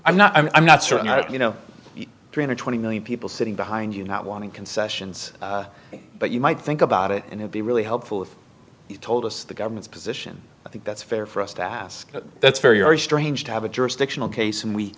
i'm not i'm not certain that you know three hundred twenty million people sitting behind you not wanting concessions but you might think about it and be really helpful if you told us the government's position i think that's fair for us to ask but that's very very strange to have a jurisdictional case and we